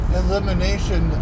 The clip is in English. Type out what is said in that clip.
elimination